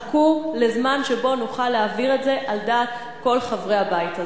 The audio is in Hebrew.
חכו לזמן שבו נוכל להעביר את זה על דעת כל חברי הבית הזה.